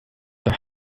doch